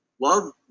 love